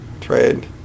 trade